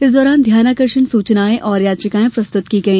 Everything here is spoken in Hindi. इस दौरान ध्यानाकर्षण सूचनायें और याचिकायें प्रस्तुत की गई